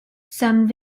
some